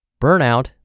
burnout